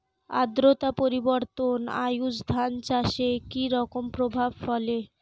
আদ্রতা পরিবর্তন আউশ ধান চাষে কি রকম প্রভাব ফেলে?